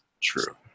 True